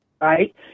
right